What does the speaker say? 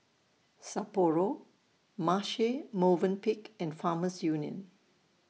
Sapporo Marche Movenpick and Farmers Union